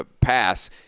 pass